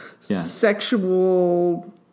sexual